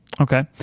Okay